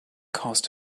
caused